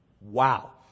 Wow